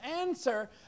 answer